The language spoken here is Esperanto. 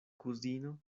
kuzino